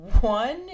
one